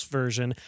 version